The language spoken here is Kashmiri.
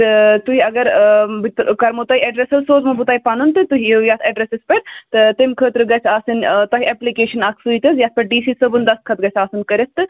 تہٕ تُہۍ اَگر بہٕ تہِ کَرمو تۄہہِ اٮ۪ڈرٮ۪س حظ سوزنو بہٕ تۄہہِ پَنُن تہٕ تُہۍ یِیِو یَتھ اٮ۪ڈرٮ۪سَس پٮ۪ٹھ تہٕ تَمۍ خٲطرٕ گژھِ آسٕنۍ تۄہہِ اٮ۪پلِکیشَن اَکھ سۭتۍ حظ یَتھ پٮ۪ٹھ ڈی سی صٲبُن دَسخَت گژھِ آسُن کٔرِتھ تہٕ